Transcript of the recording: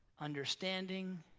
understanding